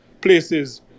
places